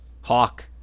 Hawk